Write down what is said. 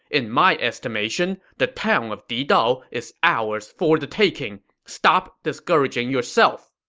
in my estimation, the town of didao is ours for the taking. stop discouraging yourself!